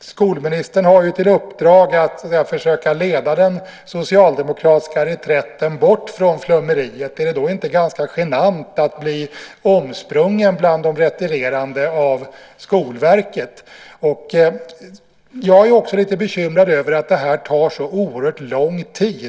Skolministern har i uppdrag att försöka leda den socialdemokratiska reträtten bort från flummeriet. Är det då inte ganska genant att bli omsprungen bland de retirerande av Skolverket? Jag är också lite bekymrad över att det här tar så oerhört lång tid.